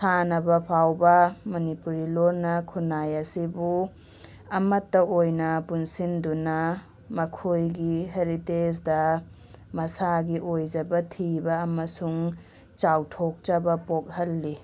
ꯁꯥꯟꯅꯕ ꯐꯥꯎꯕ ꯃꯅꯤꯄꯨꯔꯤ ꯂꯣꯟꯅ ꯈꯨꯟꯅꯥꯏ ꯑꯁꯤꯕꯨ ꯑꯃꯠꯇ ꯑꯣꯏꯅ ꯄꯨꯟꯁꯤꯟꯗꯨꯅ ꯃꯈꯣꯏꯒꯤ ꯍꯦꯔꯤꯇꯦꯖꯇ ꯃꯁꯥꯒꯤ ꯑꯣꯏꯖꯕ ꯊꯤꯕ ꯑꯃꯁꯨꯡ ꯆꯥꯎꯊꯣꯛꯆꯕ ꯄꯣꯛꯍꯜꯂꯤ